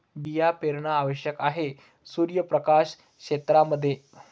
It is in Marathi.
बिया पेरणे आवश्यक आहे सूर्यप्रकाश क्षेत्रां मध्ये